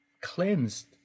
cleansed